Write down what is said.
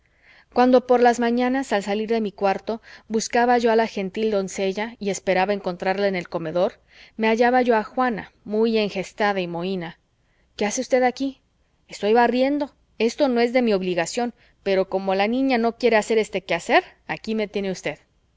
cuando por las mañanas al salir de mi cuarto buscaba yo a la gentil doncella y esperaba encontrarla en el comedor me hallaba yo a juana muy engestada y mohina qué hace usted aquí estoy barriendo esto no es de mi obligación pero como la niña no quiere hacer este quehacer aquí me tiene usted